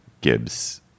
Gibbs